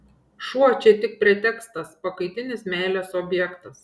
šuo čia tik pretekstas pakaitinis meilės objektas